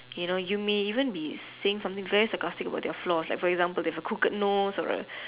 you know you may even be saying something very sarcastic about their flaws like for example they have a crooked nose or a